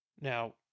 Now